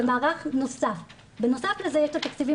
זה מערך --- בנוסף לזה יש את התקציבים